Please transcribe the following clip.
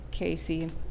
Casey